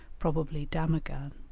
probably damaghan.